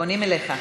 פונים אליך.